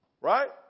Right